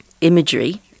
imagery